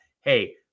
hey